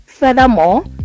Furthermore